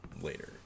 later